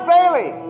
Bailey